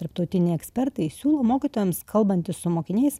tarptautiniai ekspertai siūlo mokytojams kalbantis su mokiniais